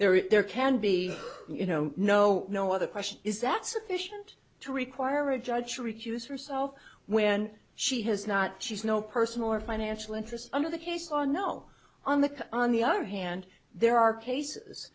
there is there can be you know no no other question is that sufficient to require a judge to recuse herself when she has not she's no personal or financial interest on the case or no on the on the other hand there are cases